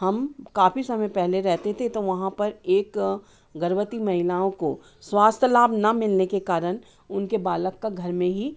हम काफी समय पहले रहते थे तो वहाँ पर एक गर्भवती महिलाओं को स्वास्थ्य लाभ ना मिलने के कारण उनके बालक की घर में ही